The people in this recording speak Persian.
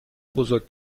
بزرگ